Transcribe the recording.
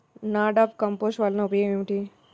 NADEP compost వలన ఉపయోగం ఏమిటి?